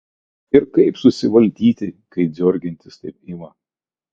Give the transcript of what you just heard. ir kaip susivaldyti kai dziorgintis taip ima